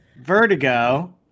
Vertigo